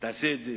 תעשה את זה